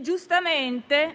Giustamente,